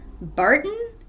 Barton